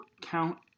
count